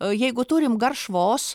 jeigu turim garšvos